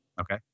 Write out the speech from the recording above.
Okay